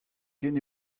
ken